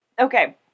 okay